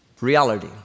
Reality